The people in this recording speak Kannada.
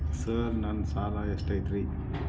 ಸರ್ ನನ್ನ ಸಾಲಾ ಎಷ್ಟು ಐತ್ರಿ?